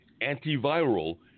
antiviral